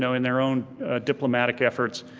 so in their own diplomatic efforts,